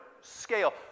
scale